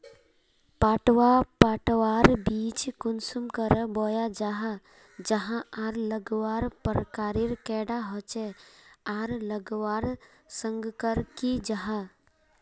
पटवा पटवार बीज कुंसम करे बोया जाहा जाहा आर लगवार प्रकारेर कैडा होचे आर लगवार संगकर की जाहा?